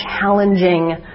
challenging